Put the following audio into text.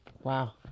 Wow